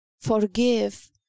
Forgive